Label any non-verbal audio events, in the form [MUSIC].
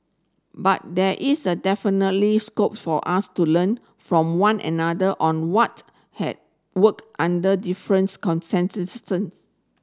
but there is a definitely scope for us to learn from one another on what has worked under different [UNINTELLIGIBLE]